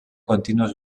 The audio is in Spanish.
continuos